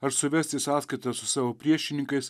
ar suvesti sąskaitas su savo priešininkais